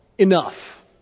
enough